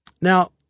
Now